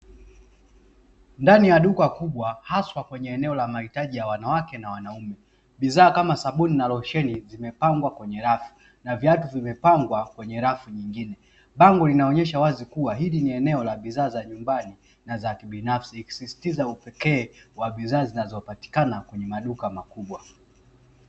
Ndani ya duka kubwa haswa kwenye eneo la mahitaji ya wanawake na wanaume, bidhaa kama: sabuni na rosheni zimepangwa kwenye rafu na viatu vimepangwa kwenye rafu nyingine, bango linaonyesha wazi kuwa hili ni eneo la bidhaa za nyumbani na za kibinafsi likisisitiza upekee wa bidhaa zinazopatikana kwenye maduka makubwa.